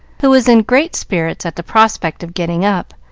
who was in great spirits at the prospect of getting up,